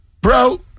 bro